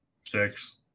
Six